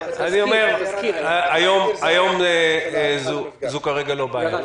כרגע זו לא בעיה.